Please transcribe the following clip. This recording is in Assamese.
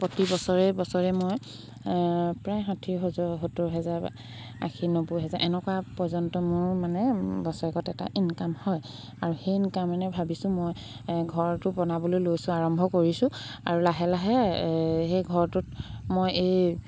প্ৰতি বছৰে বছৰে মই প্ৰায় ষাঠি হাজাৰ সত্তৰ হাজাৰ বা আশী নব্বৈ হাজাৰ এনেকুৱা পৰ্যন্ত মোৰ মানে বছৰেকত এটা ইনকাম হয় আৰু সেই ইনকাম এনে ভাবিছোঁ মই ঘৰটো বনাবলৈ লৈছোঁ আৰম্ভ কৰিছোঁ আৰু লাহে লাহে সেই ঘৰটোত মই এই